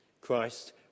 Christ